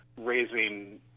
raising